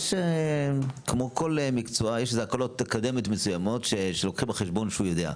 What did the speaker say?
יש הקלות אקדמיות מסוימות שלוקחים בחשבון שהוא יודע.